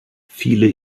viele